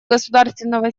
государственного